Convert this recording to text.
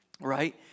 right